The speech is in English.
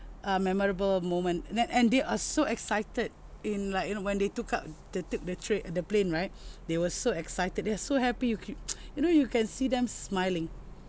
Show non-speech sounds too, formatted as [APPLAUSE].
uh memorable moment then and they are so excited in like you know when they took up they take the train the plane right [BREATH] they were so excited they are so happy you keep [NOISE] you know you can see them smiling